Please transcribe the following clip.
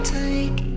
take